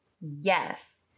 yes